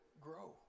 grow